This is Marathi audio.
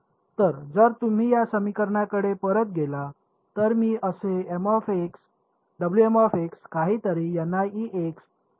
तर जर तुम्ही या समीकरणाकडे परत गेला तर मी असे काहीतरी निवडल्यास काही समस्या आहे का